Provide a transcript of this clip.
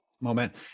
moment